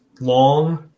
long